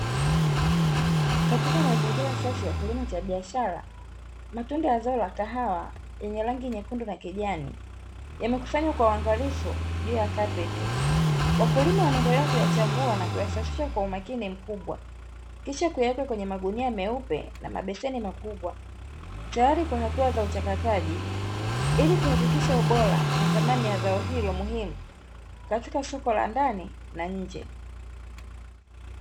Katika mazingira safi ya kilimo cha biashara, matunda ya zao la kahawa yenye rangi nyekundu na kijani, yamekusanywa kwa uangalifu juu ya kapeti. Wakulima wanaendelea kuyachambua na kuyasafisha kwa umakini mkubwa, kisha kuyaweka kwenye magunia meupe na mabeseni makubwa, tayari kwa hatua za uchakataji, ili kuhakikisha ubora na thamani ya zao hilo muhimu, katika soko la ndani na nje.